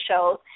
shows